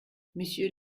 monsieur